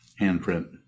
handprint